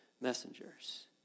messengers